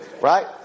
right